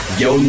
yo